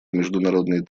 международной